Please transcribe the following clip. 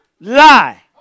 lie